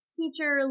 teacher